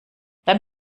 dann